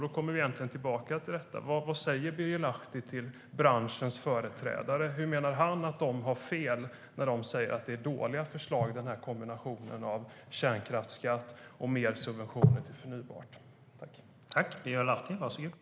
Då kommer vi tillbaka till detta: Vad säger Birger Lahti till branschens företrädare? Menar han att man har fel när man säger att kombinationen av kärnkraftsskatt och mer subventioner till förnybart är dålig?